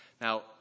Now